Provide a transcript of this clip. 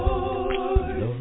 Lord